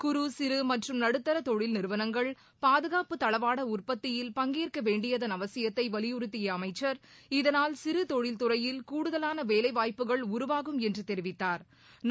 குறு சிறு மற்றும் நடுத்தர தொழில் நிறுவனங்கள் பாதுகாப்பு தளவாட உற்பத்தியில் பங்கேற்க வேண்டியதன் அவசியத்தை வலியுறுத்திய அமைச்சா் இதனால் சிறு தொழில் துறையில் கூடுதவான வேலைவாய்ப்புகள் உருவாகும் என்று தெரிவித்தாா்